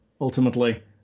ultimately